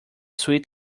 sweet